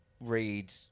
read